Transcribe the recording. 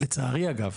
לצערי אגב,